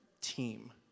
team